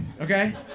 okay